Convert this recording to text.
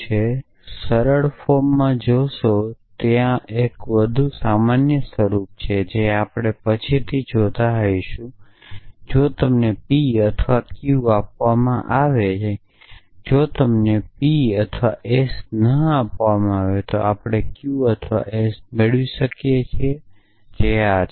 તેથી સરળ ફોર્મ જોશે ત્યાં એક વધુ સામાન્ય સ્વરૂપ છે જે આપણે પછીથી જોતા હોઈશું કે જો તમને P અથવા Q આપવામાં આવે છે અને જો તમને P અથવા S નહીં આપવામાં આવે તો આપણે Q અથવા S મેળવી શકીએ છીએ જે આ છે